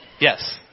Yes